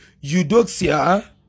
Eudoxia